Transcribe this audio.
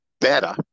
better